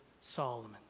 Solomon